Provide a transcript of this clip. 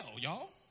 y'all